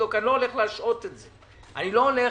אני לא הולך להשהות את זה, לומר: